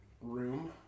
room